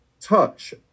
touch